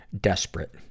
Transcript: Desperate